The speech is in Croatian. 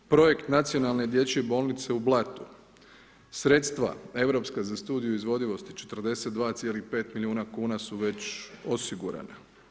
Projekt nacionalne dječje bolnice u Blatu, sredstva Europska za studija izvodljivosti 42.5 milijuna kuna su već osigurana.